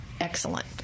Excellent